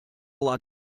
lot